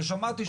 שמעתי,